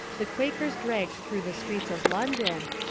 the quakers dragged through the streets of london,